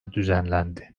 düzenlendi